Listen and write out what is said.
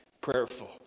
prayerful